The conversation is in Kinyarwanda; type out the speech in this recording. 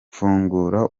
fungura